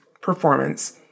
performance